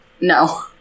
No